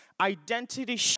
identity